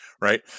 right